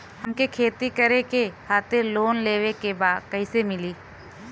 हमके खेती करे खातिर लोन लेवे के बा कइसे मिली?